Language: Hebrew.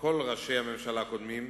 כל ראשי הממשלה הקודמים: